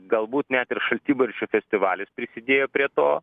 galbūt net ir šaltibarščių festivalis prisidėjo prie to